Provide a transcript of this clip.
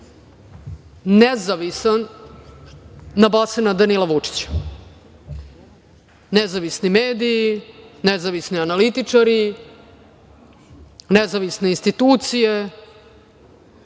nezavisan nabasa na Danila Vučića, nezavisni mediji, nezavisni analitičari, nezavisne institucije,